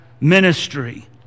ministry